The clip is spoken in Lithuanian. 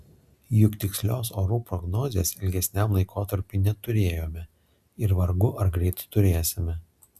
juk tikslios orų prognozės ilgesniam laikotarpiui neturėjome ir vargu ar greit turėsime